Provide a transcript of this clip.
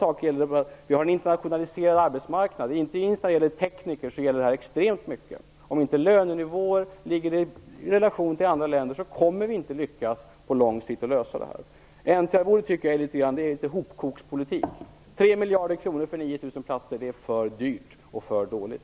Arbetsmarknaden är internationaliserad. Det gäller i extremt hög grad för tekniker. Om inte våra lönenivåer överensstämmer med andra länders kommer vi inte att lyckas lösa det här på lång sikt. N/T-arvodet tycker jag är ett exempel på hopkokspolitik. Tre miljarder kronor för 9 000 platser är för dyrt och för dåligt.